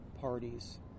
parties